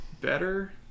better